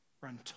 Run